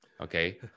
okay